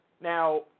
Now